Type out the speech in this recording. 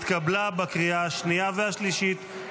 התקבלה בקריאה השנייה והשלישית,